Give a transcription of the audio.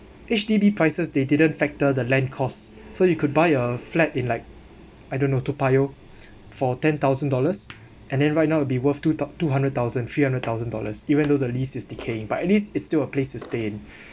H_D_B prices they didn't factor the land costs so you could buy a flat in like I don't know toa payoh for ten thousand dollars and then right now would be worth two thou~ two hundred thousand three hundred thousand dollars even though the list is decaying but at least it's still a place to stay in